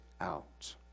out